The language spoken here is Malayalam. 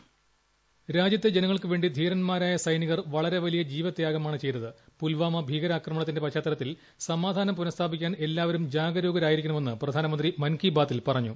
വോയിസ് കൃ രാജ്യത്തെ ജനങ്ങൾക്കുവേണ്ടി ധ്വീർമ്മാർട്ടിയ സൈനികർ വളരെ വലിയ ജീവത്യാഗമാണ് ചെയ്തത്ക് പുൽവാമ ഭീകരാക്രമണത്തിന്റെ പശ്ചാത്തലത്തിൽ സമാധാനം പ്രൂനസ്ഥാപിക്കാൻ എല്ലാവരും ജാഗ രൂകരായിരിക്കണമെന്ന് പ്രധാന്നമന്ത്രി മൻ കി ബാതിൽ പറഞ്ഞു